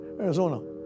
Arizona